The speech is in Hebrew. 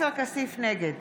נגד